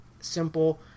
simple